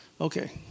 Okay